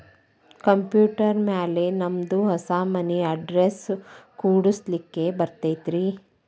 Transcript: Computer ಮ್ಯಾಲೆ ನಮ್ದು ಹೊಸಾ ಮನಿ ಅಡ್ರೆಸ್ ಕುಡ್ಸ್ಲಿಕ್ಕೆ ಬರತೈತ್ರಿ?